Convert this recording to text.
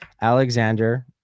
Alexander